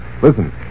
Listen